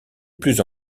plus